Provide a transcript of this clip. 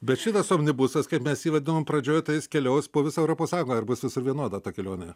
bet šitas omnibusas kaip mes jį vadinom pradžioj tai jis keliaus po visą europos sąjungą ir bus visur vienoda ta kelionė